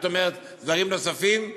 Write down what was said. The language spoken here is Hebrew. את אומרת דברים נוספים,